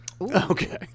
okay